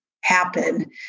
happen